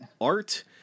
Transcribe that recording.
Art